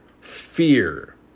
Fear